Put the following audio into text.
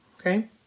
Okay